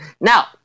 Now